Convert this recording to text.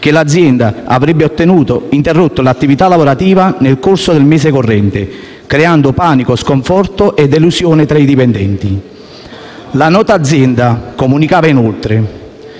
che l’azienda avrebbe interrotto l’attività lavorativa nel corso del mese corrente, creando panico, sconforto e delusione tra i dipendenti. La nota aziendale comunicava inoltre: